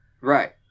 Right